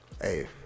Hey